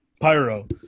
Pyro